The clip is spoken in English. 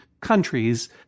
countries